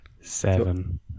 Seven